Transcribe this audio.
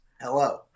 Hello